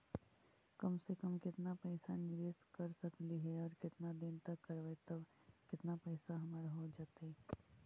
कम से कम केतना पैसा निबेस कर सकली हे और केतना दिन तक करबै तब केतना पैसा हमर हो जइतै?